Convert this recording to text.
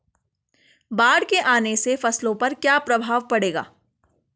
बाढ़ के आने से फसलों पर क्या प्रभाव पड़ेगा?